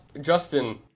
Justin